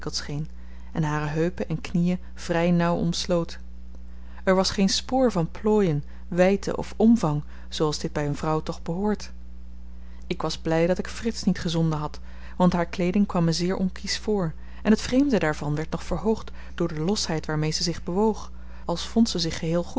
en hare heupen en knieën vry nauw omsloot er was geen spoor van plooien wydte of omvang zooals dit by een vrouw toch behoort ik was bly dat ik frits niet gezonden had want haar kleeding kwam me zeer onkiesch voor en het vreemde daarvan werd nog verhoogd door de losheid waarmee ze zich bewoog als vond ze zich heel